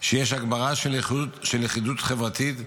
שיש הגברה של לכידות חברתית,